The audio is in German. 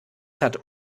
hat